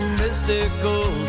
mystical